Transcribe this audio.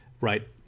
Right